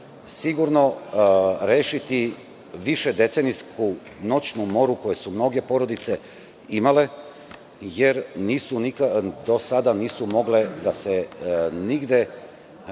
sigurno rešiti višedecenijsku noćnu moru koju su mnoge porodice imale, jer do sada nisu mogle da se nigde